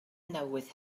newydd